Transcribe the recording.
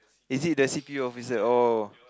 is it the C_P officer oh